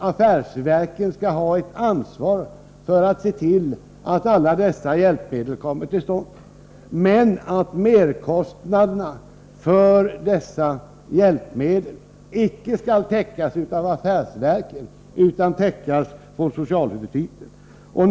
Affärsverken skall ha ett ansvar för att se till att alla dessa hjälpmedel kommer de handikappade till handa, men merkostnaderna för dessa hjälpmedel skall icke täckas av affärsverken utan täckas över socialhuvudtiteln.